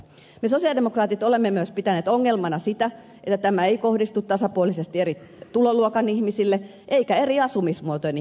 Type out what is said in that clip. me sosialidemokraatit olemme myös pitäneet ongelmana sitä että tämä ei kohdistu tasapuolisesti eri tuloluokan ihmisille eikä eri asumismuotojen ihmisille